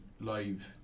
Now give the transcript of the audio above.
live